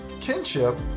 kinship